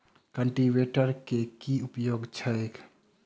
Cultivator केँ की उपयोग छैक?